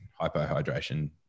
hypohydration